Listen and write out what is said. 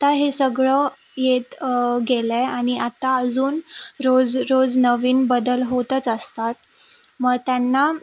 आत्ता हे सगळं येत गेलं आहे आणि आत्ता अजून रोज रोज नवीन बदल होतच असतात मग त्यांना